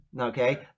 okay